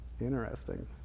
interesting